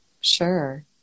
sure